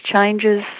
changes